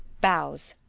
bows.